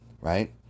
right